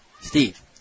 Steve